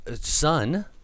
son